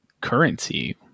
currency